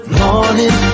morning